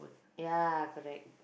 ya correct